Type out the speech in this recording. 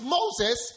Moses